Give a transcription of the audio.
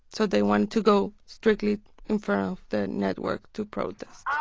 so they wanted to go strictly in front of the network to protest